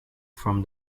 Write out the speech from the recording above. from